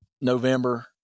November